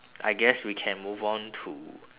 I guess we can move on to